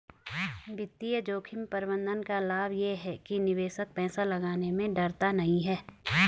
वित्तीय जोखिम प्रबंधन का लाभ ये है कि निवेशक पैसा लगाने में डरता नहीं है